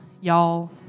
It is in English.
y'all